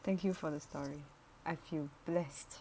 thank you for the story I feel blessed